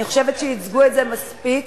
אני חושבת שייצגו את זה מספיק,